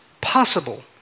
possible